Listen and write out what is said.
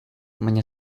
baina